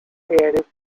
added